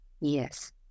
Yes